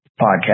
podcast